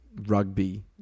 rugby